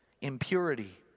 Impurity